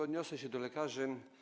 Odniosę się do lekarzy.